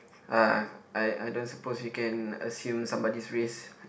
uh I I don't supposed you can assume somebody's race